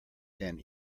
than